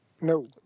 No